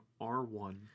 R1